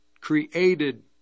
created